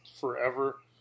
forever